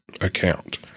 account